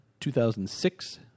2006